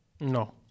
No